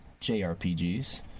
JRPGs